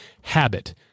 habit